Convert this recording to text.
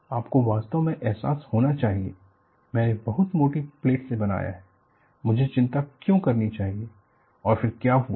तो आपको वास्तव में एहसास होना चाहिए मैंने बहुत मोटी प्लेट से बनाया है मुझे चिंता क्यों करनी चाहिए और फिर क्या हुआ